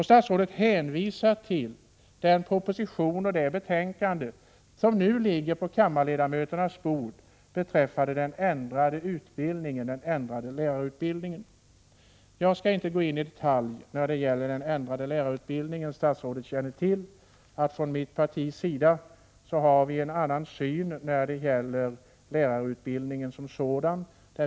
Statsrådet hänvisar till den proposition och det betänkande som nu ligger på kammarledamöternas bord beträffande den ändrade lärarutbildningen. Jag skall inte gå in i detalj när det gäller den ändrade lärarutbildningen. Statsrådet känner till att vi inom mitt parti har en annan syn på lärarutbildningen som sådan.